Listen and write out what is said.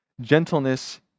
Gentleness